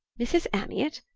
mrs. amyot?